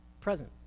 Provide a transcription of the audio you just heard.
present